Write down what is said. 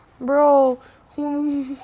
bro